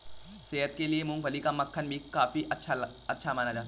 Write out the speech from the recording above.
सेहत के लिए मूँगफली का मक्खन भी काफी अच्छा माना जाता है